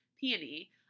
Peony